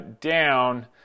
down